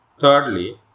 Thirdly